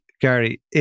Gary